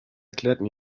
erklärten